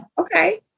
Okay